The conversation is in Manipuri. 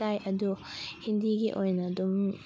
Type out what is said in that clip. ꯇꯥꯏ ꯑꯗꯣ ꯍꯤꯟꯗꯤꯒꯤ ꯑꯣꯏꯅ ꯑꯗꯨꯝ